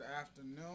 afternoon